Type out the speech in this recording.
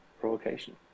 provocation